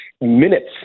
minutes